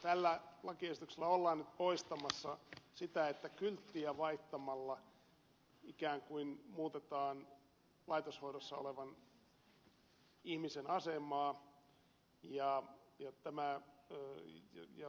tällä lakiesityksellä ollaan nyt poistamassa sitä että kylttiä vaihtamalla ikään kuin muutetaan laitoshoidossa olevan ihmisen asemaa